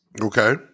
Okay